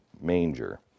manger